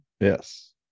Yes